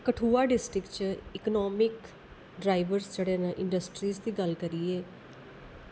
Kathua district च economic drivers जेह्ड़े न इंडस्ट्रीज दी गल्ल करिये